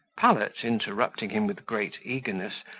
pallet, interrupting him with great eagerness,